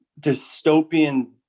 dystopian